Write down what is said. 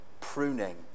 pruning